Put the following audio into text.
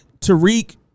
Tariq